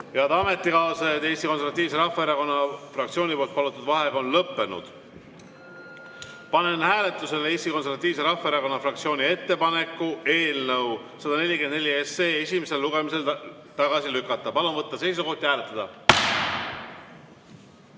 g Head ametikaaslased Eesti Konservatiivse Rahvaerakonna fraktsiooni palutud vaheaeg on lõppenud. Panen hääletusele Eesti Konservatiivse Rahvaerakonna fraktsiooni ettepaneku eelnõu 144 esimesel lugemisel tagasi lükata. Palun võtta seisukoht ja hääletada!